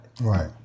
Right